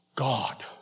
God